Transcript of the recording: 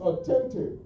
attentive